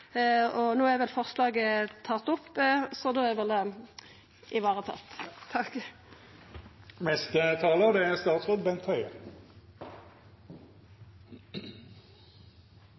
hensikta. No er vel forslaget tatt opp, så då er